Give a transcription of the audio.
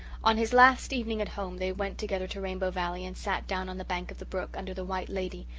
on his last evening at home they went together to rainbow valley and sat down on the bank of the brook, under the white lady,